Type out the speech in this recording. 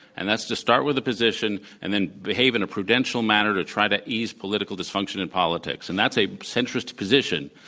and that's to start with a position and then behave in a prudential manner to try to ease political dysfunction in politics, and that's a centrist position,